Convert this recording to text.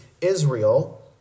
Israel